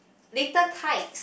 little tykes